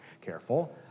careful